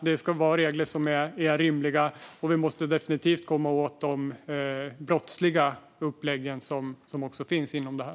Det ska vara regler som är rimliga, och vi måste definitivt komma åt de brottsliga upplägg som finns här.